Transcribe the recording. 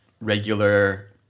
regular